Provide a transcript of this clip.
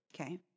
Okay